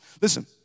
Listen